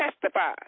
testify